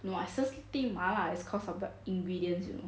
no I seriously think 麻辣 is because of the ingredients you know